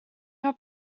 your